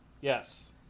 Yes